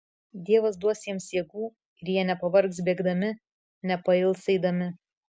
dievas duos jiems jėgų ir jie nepavargs bėgdami nepails eidami